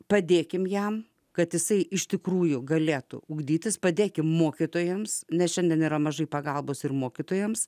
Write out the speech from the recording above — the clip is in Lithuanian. padėkime jam kad jisai iš tikrųjų galėtų ugdytis padėkime mokytojams nes šiandien yra mažai pagalbos ir mokytojams